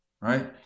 right